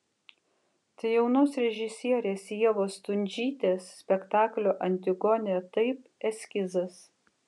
tai jaunos režisierės ievos stundžytės spektaklio antigonė taip eskizas